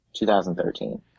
2013